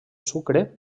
sucre